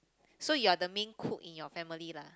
so you are the main cook in your family lah